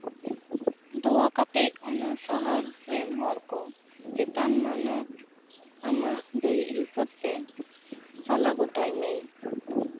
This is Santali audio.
ᱫᱟᱭᱟ ᱠᱟᱛᱮᱫ ᱚᱱᱟ ᱥᱟᱦᱟᱨ ᱨᱮᱱ ᱦᱚᱲ ᱠᱚ ᱪᱮᱛᱟᱱ ᱢᱟᱱᱚᱛ ᱟᱢᱟᱜ ᱫᱟᱹᱭᱤᱠ ᱦᱤᱥᱟᱹᱵ ᱛᱮ ᱥᱟᱞᱟ ᱜᱚᱴᱟᱭ ᱢᱮ